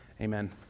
Amen